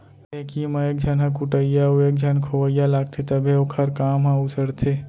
ढेंकी म एक झन ह कुटइया अउ एक झन खोवइया लागथे तभे ओखर काम हर उसरथे